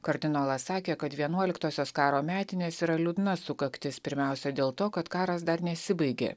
kardinolas sakė kad vienuoliktosios karo metinės yra liūdna sukaktis pirmiausia dėl to kad karas dar nesibaigė